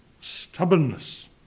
stubbornness